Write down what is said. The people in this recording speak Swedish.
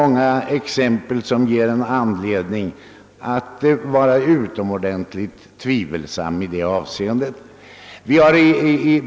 Många exempel tycker jag ger oss anledning att därvidlag hysa vissa tvivel.